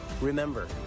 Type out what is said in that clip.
Remember